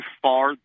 far